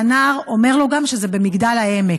והנער גם אומר לו שזה במגדל העמק.